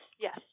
yes